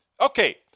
Okay